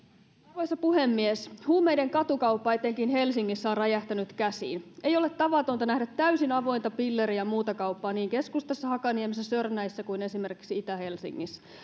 arvoisa puhemies huumeiden katukauppa etenkin helsingissä on räjähtänyt käsiin ei ole tavatonta nähdä täysin avointa pilleri ja muuta kauppaa niin keskustassa hakaniemessä sörnäisissä kuin esimerkiksi itä helsingissä